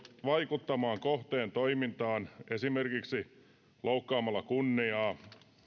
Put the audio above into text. vaikuttamaan kohteen toimintaan esimerkiksi loukkaamalla kunniaa